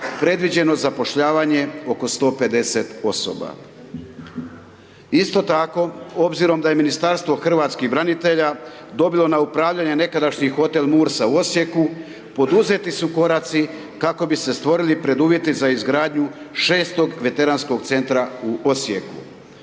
predviđeno zapošljavanje oko 150 osoba. Isto tako, obzirom da je Ministarstvo hrvatskih branitelja dobilo na upravljanje nekadašnji Hotel Mursa u Osijeku, poduzeti su koraci kako bi se stvorili preduvjeti za izgradnju 6-og Veteranskog Centra u Osijeku.